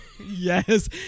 Yes